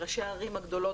ראשי הערים הגדולות,